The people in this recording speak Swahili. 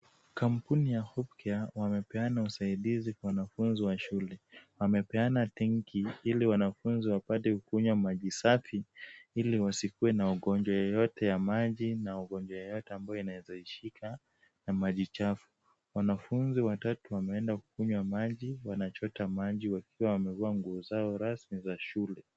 Kampuni ya Hope Care wamepeana usaidizi kwa wanafunzi wa shule. Wamepeana tenki ili wanafunzi wapate kunywa maji safi ili wasikuwe na ugonjwa yoyote ya maji na ugonjwa yoyote ambayo inaeza ishika na maji chafu. Wanafunzi watatu wameenda kukunywa maji wanachota maji wakiwa wamevaa nguo zao rasmi za shule.